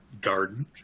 garden